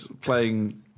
playing